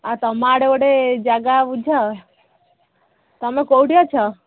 ଆଉ ତୁମ ଆଡ଼େ ଗୋଟେ ଜାଗା ବୁଝ ତୁମେ କୋଉଠି ଅଛ